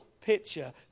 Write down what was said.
picture